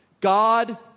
God